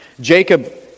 Jacob